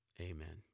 Amen